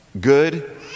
good